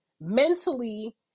mentally